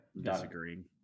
Disagreeing